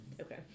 Okay